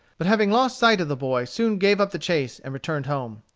but having lost sight of the boy, soon gave up the chase, and returned home.